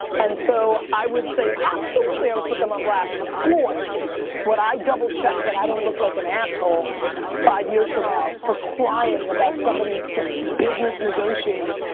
and so i would say absolutely, i would put them on blast, but boy would i double check that i don't look like an asshole five years from now for crying about somebody just business negotiating,